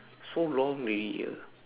so long already ah